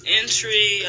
entry